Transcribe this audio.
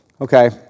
Okay